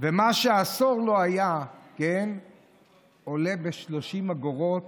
מה שעשור לא היה עולה ב-30 אגורות,